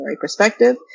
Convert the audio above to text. perspective